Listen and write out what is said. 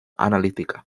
analítica